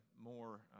more